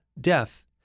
death